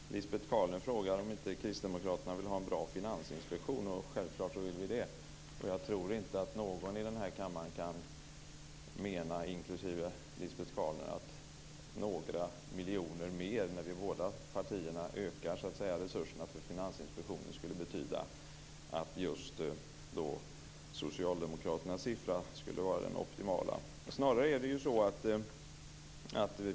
Herr talman! Lisbet Calner frågar om inte Kristdemokraterna vill ha en bra finansinspektion. Självklart vill vi det. Jag tror inte att någon i denna kammare, inklusive Lisbet Calner, menar att några miljoner mer i ökade resurser för Finansinspektion skulle betyda att just socialdemokraternas siffra skulle vara den optimala.